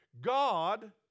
God